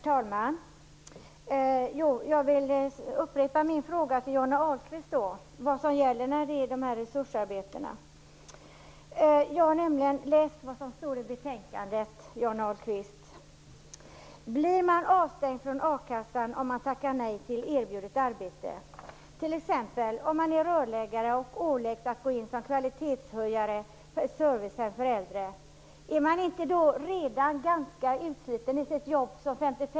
Herr talman! Jag vill upprepa min fråga till Johnny Ahlqvist: Vad gäller för resursarbeten? Jag har läst vad som står i betänkandet, Johnny Ahlqvist. Blir man avstängd från a-kassan om man tackar nej till erbjudet arbete, t.ex. om man är rörläggare och åläggs att gå in som kvalitetshöjare på ett servicehem för äldre? Är man inte redan som 55-åring ganska utsliten i sitt jobb?